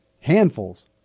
Handfuls